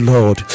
Lord